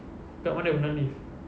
dekat mana banana leaf